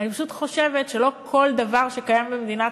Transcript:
אני פשוט חושבת שלא כל דבר שקיים במדינת